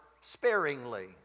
sparingly